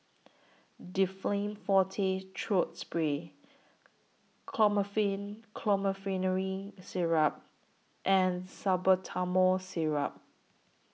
Difflam Forte Throat Spray Chlorpheniramine Syrup and Salbutamol Syrup